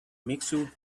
mixture